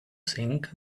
think